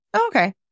okay